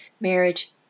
marriage